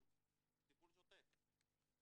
של הקטנים האלה, חסרי הישע,